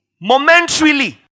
momentarily